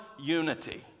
unity